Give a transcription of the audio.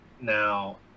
Now